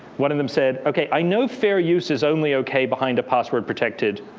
one of them said, ok, i know fair use is only ok behind a password-protected